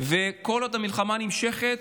כל עוד המלחמה נמשכת,